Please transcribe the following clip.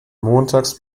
montags